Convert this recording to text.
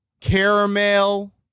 caramel